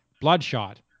Bloodshot